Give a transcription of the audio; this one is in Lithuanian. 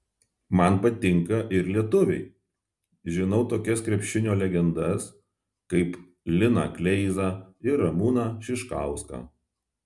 man patinka ir lietuviai žinau tokias krepšinio legendas kaip liną kleizą ir ramūną šiškauską